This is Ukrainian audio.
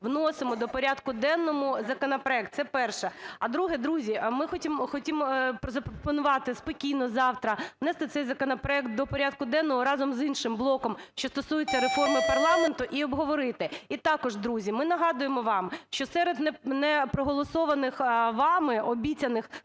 вносимо до порядку енного законопроект – це перше. А друге – друзі, ми хочемо запропонувати спокійно завтра внести цей законопроект до порядку денного разом з іншим блоком, що стосується реформи парламенту, і обговорити. І також, друзі, ми нагадуємо вам, що серед не проголосованих вами обіцяних